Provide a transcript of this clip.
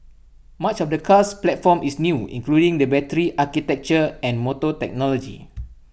much of the car's platform is new including the battery architecture and motor technology